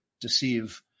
deceive